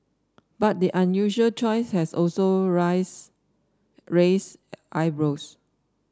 but the unusual choice has also raised eyebrows